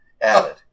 Added